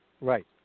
Right